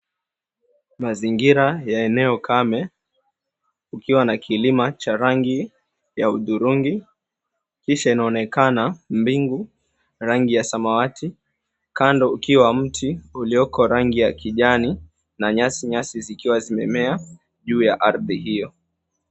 Mazingira ya eneo kame kukiwa na kilima cha rangi ya hudhurungi. Kisha inaonekana mbingu rangi ya samawati, kando ukiwa mti ulioko rangi ya kijani na nyasi nyasi zikiwa zimemea juu ya ardhi hiyo.